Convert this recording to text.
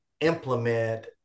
implement